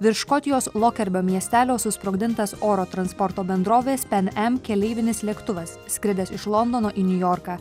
virš škotijos lokerbio miestelio susprogdintas oro transporto bendrovės pen em keleivinis lėktuvas skridęs iš londono į niujorką